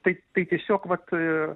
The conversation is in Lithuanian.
tai tai tiesiog vat